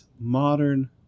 modern